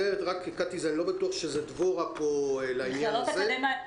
קטי, אני לא בטוח שזה דבורה פה בעניין הזה.